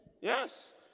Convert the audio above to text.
Yes